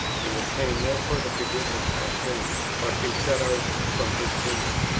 we obtain no further forgiveness of sins, but be shut out from his kingdom.